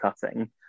cutting